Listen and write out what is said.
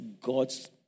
God's